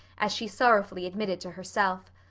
as she sorrowfully admitted to herself.